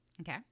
Okay